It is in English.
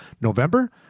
November